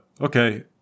okay